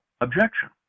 objection